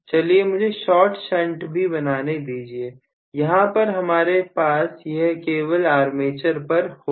चलिए मुझे short shunt भी बनाने दीजिए यहां पर हमारे पास यह केवल आर्मेचर पर होगा